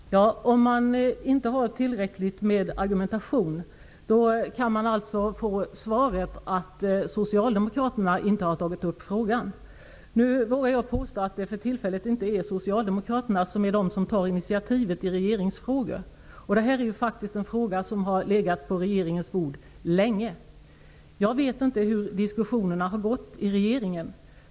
Fru talman! Om man inte har tillräckligt med argument kan svaret alltså bli att Socialdemokraterna inte har tagit upp frågan. Nu vågar jag påstå att det för tillfället inte är Socialdemokraterna som tar initiativet i regeringsfrågor, och detta är faktiskt en fråga som har legat på regeringens bord länge. Jag vet inte hur diskussionerna har gått i regeringen.